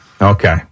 Okay